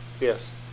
Yes